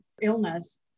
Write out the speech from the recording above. illness